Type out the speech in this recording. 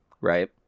right